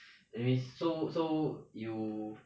anyways so so you